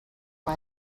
way